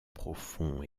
profonds